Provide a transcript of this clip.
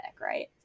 right